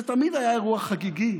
זה תמיד היה אירוע חגיגי.